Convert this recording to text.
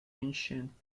ancient